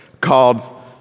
called